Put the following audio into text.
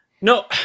No